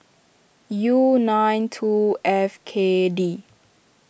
U nine two F K D